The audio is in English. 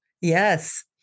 Yes